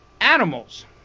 animals